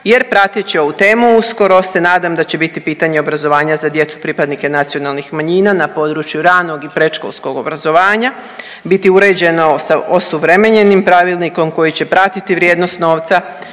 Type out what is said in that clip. jer prateći ovu temu uskoro se nadam da će biti pitanje obrazovanja za djecu pripadnike nacionalnih manjina na području ranog i predškolskog obrazovanja biti uređeno sa osuvremenjenim pravilnikom koji će pratiti vrijednost novca